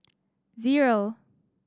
zero